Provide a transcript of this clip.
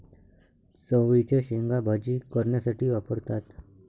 चवळीच्या शेंगा भाजी करण्यासाठी वापरतात